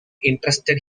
interested